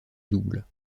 double